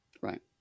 Right